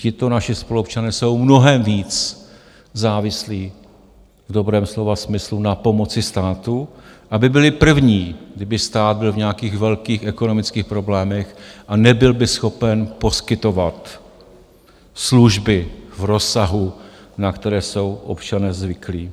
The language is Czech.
Tito naši spoluobčané jsou mnohem víc závislí v dobrém slova smyslu na pomoci státu, aby byli první, kdyby stát byl v nějakých velkých ekonomických problémech a nebyl by schopen poskytovat služby v rozsahu, na které jsou občané zvyklí.